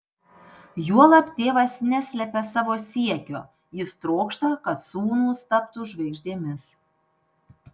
juolab tėvas neslepia savo siekio jis trokšta kad sūnūs taptų žvaigždėmis